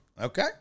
Okay